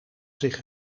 zich